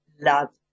love